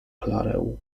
klarę